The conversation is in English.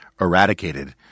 eradicated